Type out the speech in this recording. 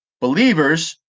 Believers